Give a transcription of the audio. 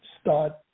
start